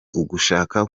ugushaka